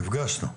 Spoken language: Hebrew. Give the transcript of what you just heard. נפגשנו.